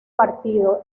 partido